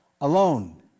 alone